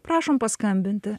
prašom paskambint